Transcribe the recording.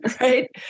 right